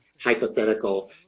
hypothetical